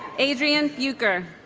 adrian bukur